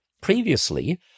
previously